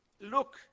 look